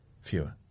Fewer